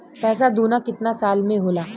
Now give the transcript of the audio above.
पैसा दूना कितना साल मे होला?